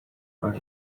are